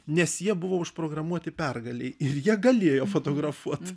nes jie buvo užprogramuoti pergalei ir jie galėjo fotografuot